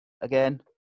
Again